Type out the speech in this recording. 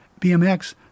BMX